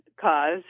cause